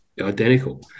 identical